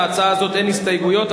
להצעה הזאת אין הסתייגויות,